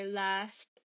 last